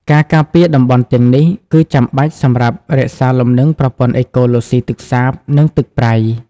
ការការពារតំបន់ទាំងនេះ គឺចាំបាច់សម្រាប់រក្សាលំនឹងប្រព័ន្ធអេកូឡូស៊ីទឹកសាប និងទឹកប្រៃ។